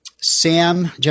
Sam